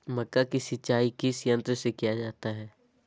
मक्का की सिंचाई किस यंत्र से किया जाता है?